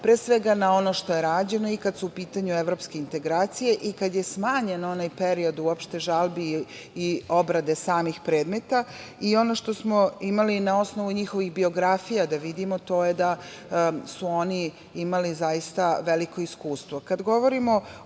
pre svega na ono što je rađeno i kad su u pitanju evropske integracije i kad je smanjen onaj period, uopšte žalbi i obrade samih predmeta i ono što smo imali na osnovu njihovih biografija da vidimo to je da su oni imali zaista veliko iskustvo. Kad